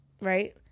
right